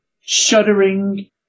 shuddering